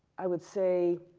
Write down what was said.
i would say,